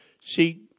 See